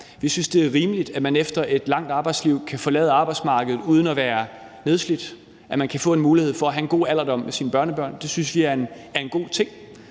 Vi synes, det er rimeligt, at man efter et langt arbejdsliv kan forlade arbejdsmarkedet uden at være nedslidt, og at man kan få en mulighed for at have en god alderdom med sine børnebørn. Det synes vi er en god ting.